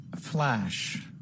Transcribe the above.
Flash